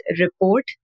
report